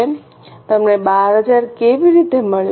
તમને 12000 કેવી રીતે મળ્યું